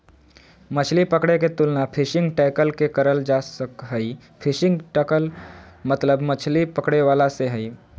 मछली पकड़े के तुलना फिशिंग टैकल से करल जा सक हई, फिशिंग टैकल मतलब मछली पकड़े वाला से हई